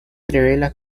revela